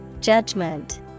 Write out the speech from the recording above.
Judgment